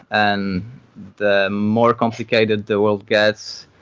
and the more complicated the world gets,